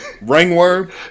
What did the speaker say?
Ringworm